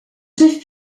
chef